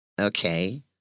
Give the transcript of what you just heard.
Okay